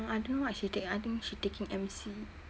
I don't know what she take I think she taking M_C